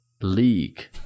league